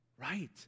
Right